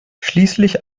schließlich